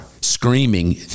screaming